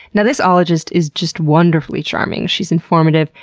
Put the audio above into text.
and this ologist is just wonderfully charming. she's informative,